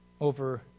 over